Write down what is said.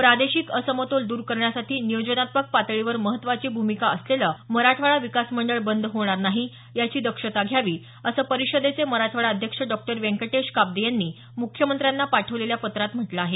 प्रादेशिक असमतोल दूर करण्यासाठी नियोजनात्मक पातळीवर महत्त्वाची भूमिका असलेलं मराठवाडा विकास मंडळ बंद होणार नाही याची दक्षता घ्यावी असं परिषदेचे मराठवाडा अध्यक्ष डॉ व्यंकटेश काब्दे यांनी मुख्यमंत्र्यांना पाठवलेल्या पत्रात म्हटलं आहे